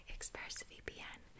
ExpressVPN